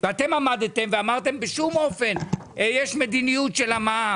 ואתם עמדתם ואמרתם בשום אופן יש מדיניות של המע"מ,